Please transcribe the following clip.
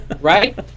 right